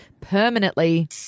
permanently